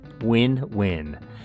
Win-win